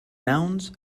nouns